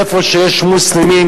איפה שיש מוסלמים,